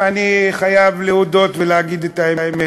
ואני חייב להודות ולהגיד את האמת: